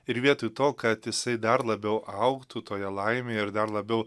ir vietoj to kad jisai dar labiau augtų toje laimėje ir dar labiau